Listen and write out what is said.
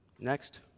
Next